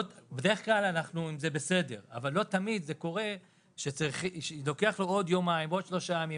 בדרך כלל זה בסדר אבל לא תמיד זה קורה ולוקח לו עוד שלושה ימים,